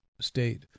state